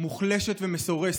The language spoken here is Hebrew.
מוחלשת ומסורסת.